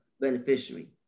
beneficiary